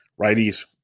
Righties